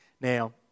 Now